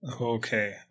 Okay